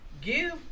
give